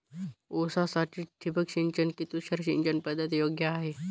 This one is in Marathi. ऊसासाठी ठिबक सिंचन कि तुषार सिंचन पद्धत योग्य आहे?